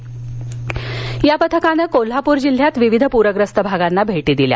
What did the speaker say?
जागतिक बेंक या पथकानं कोल्हापूर जिल्ह्यात विविध पूरग्रस्त भागांना भेटी दिल्या